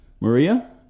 Maria